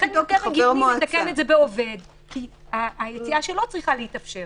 לכן יותר הגיוני לתקן את זה בהגדרת עובד כי היציאה שלו צריכה להתאפשר